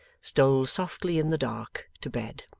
stole softly in the dark to bed.